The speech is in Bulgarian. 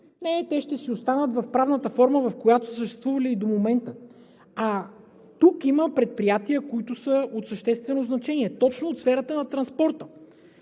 не, те ще си останат в правната форма, в която са съществували и до момента. Тук има предприятия, които са от съществено значение, точно от сферата на транспорта.